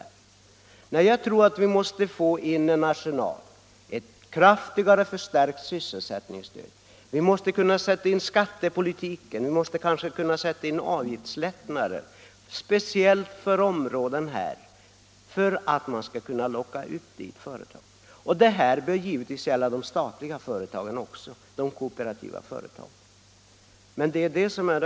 Jag tror därför att vi måste sätta in en bättre arsenal, t.ex. ett förstärkt sysselsättningsstöd, åtgärder inom skattepolitiken och kanske speciella avgiftslättnader för dessa områden för att locka dit företagen. Detta bör givetvis gälla också de statliga och de kooperativa företagen.